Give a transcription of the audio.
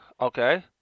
Okay